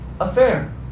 affair